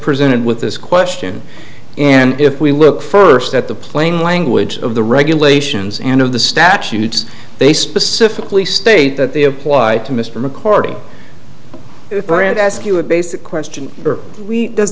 presented with this question and if we look first at the plain language of the regulations and of the statutes they specifically state that they apply to mr mccarty if i grant ask you a basic question are we does